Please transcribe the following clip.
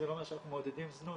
זה לא אומר שאנחנו מעודדים זנות,